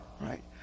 right